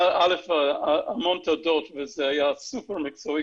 קודם כל המון תודות וזה היה סופר מקצועי,